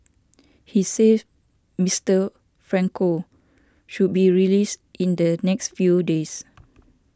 he said Mister Franco should be released in the next few days